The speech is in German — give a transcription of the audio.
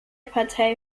partei